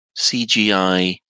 cgi